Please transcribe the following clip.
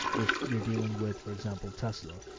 if you're dealing with, for example, tesla, ah,